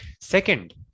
Second